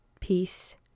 peace